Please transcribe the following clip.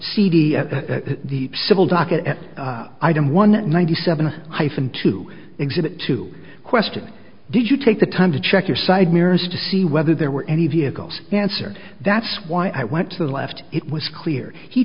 cd at the civil docket item one ninety seven hyphen to exhibit two question did you take the time to check your side mirrors to see whether there were any vehicles answer that's why i went to the left it was clear he